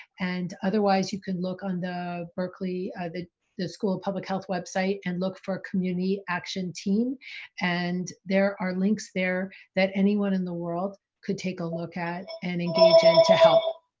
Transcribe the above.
and otherwise you can look on the berkeley, the the school of public health website and look for community action team and there are links there that anyone in the world could take a look at and engage in